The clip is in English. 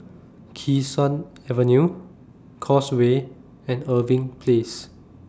Kee Sun Avenue Causeway and Irving Place